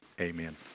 Amen